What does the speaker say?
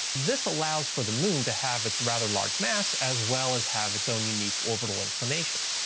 this allows for the moon to have it's rather large mass as well as have its own unique orbital inclination.